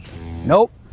Nope